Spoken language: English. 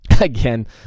again